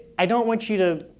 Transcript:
i don't want you to,